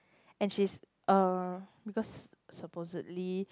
and she's uh because supposedly